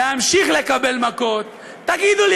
להמשיך לקבל מכות, תגידו לי.